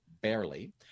barely